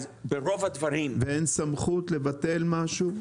אז ברוב הדברים --- ואין סמכות לבטל משהו?